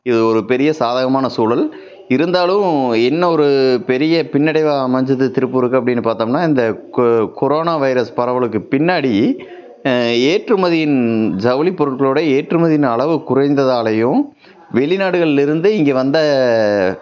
இது ஒரு பெரிய சாதகமான சூழல் இருந்தாலும் என்ன ஒரு பெரிய பின்னடைவாக அமைஞ்சது திருப்பூருக்கு அப்படினு பாத்தோம்னா இந்த கொ கொரோனா வைரஸ் பரவலுக்குப் பின்னாடி ஏற்றுமதியின் ஜவுளி பொருட்களோடய ஏற்றுமதியின் அளவு குறைந்ததாலேயும் வெளிநாடுகளில் இருந்து இங்கே வந்த